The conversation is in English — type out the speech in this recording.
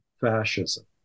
fascism